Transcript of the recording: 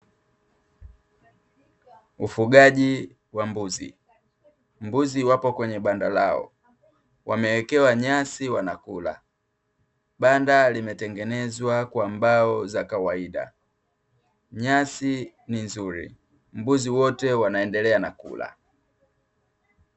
Ufugaji wa mbuzi, mbuzi wapo kwenye banda lao. Wamewekewa nyasi wanakula, banda limetengenezwa kwa mbao za kawaida. Nyasi ni nzuri, mbuzi wote wanaendelea na kula.